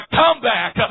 comeback